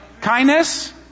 Kindness